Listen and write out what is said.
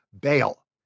bail